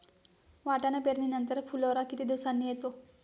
वाटाणा पेरणी नंतर फुलोरा किती दिवसांनी येतो?